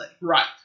Right